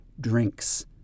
drinks